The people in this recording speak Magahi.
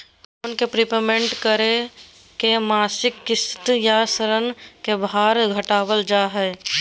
लोन के प्रीपेमेंट करके मासिक किस्त या ऋण के भार घटावल जा हय